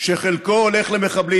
שחלקו הולך למחבלים.